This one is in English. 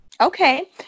Okay